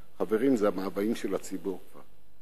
חברים, זה המאוויים של הציבור כבר.